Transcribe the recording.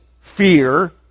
fear